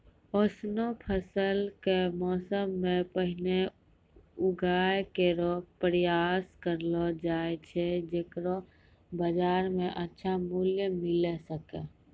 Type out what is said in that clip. ऑसनो फसल क मौसम सें पहिने उगाय केरो प्रयास करलो जाय छै जेकरो बाजार म अच्छा मूल्य मिले सके